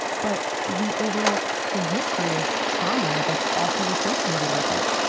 but we overlook the history of trauma that's also associated with it.